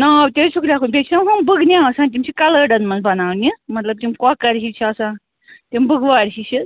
نَاو تہِ حظ چھُکھ لیٚکھُن بیٚیہِ چھِنا ہُم بُگنہِ آسان تِم چھِ کَلٲڈَن منٛز بَناونہِ مطلب تِم کۄکَر ہِی چھِ آسان تِم بٔگوارِ ہِشہِ